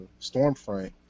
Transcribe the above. Stormfront